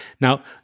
Now